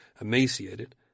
emaciated